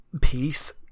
peace